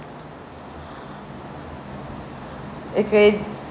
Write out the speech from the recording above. it's crazy